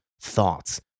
thoughts